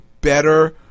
better